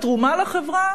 ותרומה לחברה